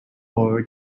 bird